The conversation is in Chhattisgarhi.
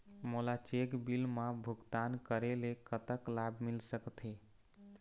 मोला चेक बिल मा भुगतान करेले कतक लाभ मिल सकथे?